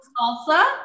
salsa